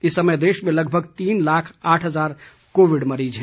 इस समय देश में लगभग तीन लाख आठ हजार कोविड मरीज हैं